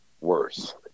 worse